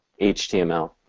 HTML